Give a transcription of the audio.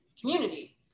community